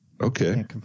okay